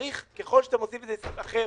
ככל שאתה רוצה סעיף אחר,